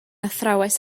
athrawes